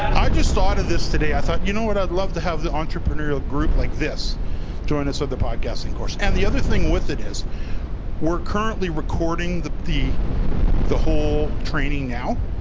i just thought of this today. i thought you know what i'd love to have the entrepreneurial group like this join us with the podcasting course and the other thing with it is we're currently recording the the whole training now.